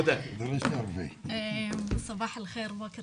השנה אנחנו מדברים על 13 מעונות בלבד בכל